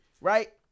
right